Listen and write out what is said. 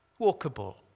walkable